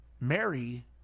Mary